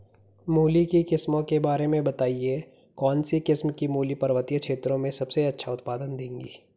मूली की किस्मों के बारे में बताइये कौन सी किस्म की मूली पर्वतीय क्षेत्रों में सबसे अच्छा उत्पादन देंगी?